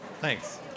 thanks